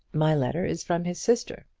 my letter is from his sister.